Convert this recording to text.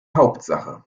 hauptsache